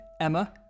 Emma